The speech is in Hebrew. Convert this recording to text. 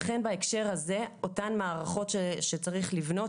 לכן בהקשר הזה אותן מערכות שצריך לבנות,